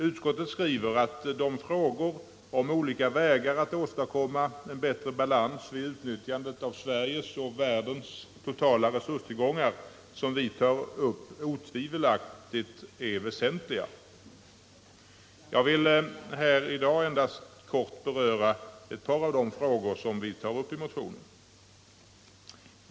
Utskottet skriver att de frågor om olika vägar att åstadkomma en bättre balans vid utnyttjandet av Sveriges och världens totala råvarutillgångar, som vi tar upp, otvivelaktigt är väsentliga. Jag vill här i dag endast kort beröra några av de frågor som tas upp i motionen.